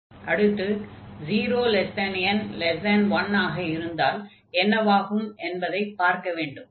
அடுத்து 0n1 ஆக இருந்தால் என்னவாகும் என்பதைப் பார்க்க வேண்டும்